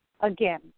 again